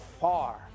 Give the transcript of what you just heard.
far